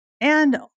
and-